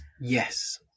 yes